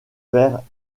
vers